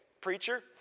preacher